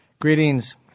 Greetings